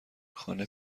خانه